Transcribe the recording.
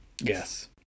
Yes